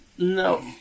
No